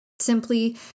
Simply